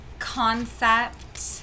concept